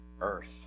earth